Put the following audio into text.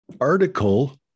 article